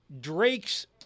Drake's